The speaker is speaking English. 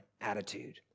attitude